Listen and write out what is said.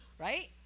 right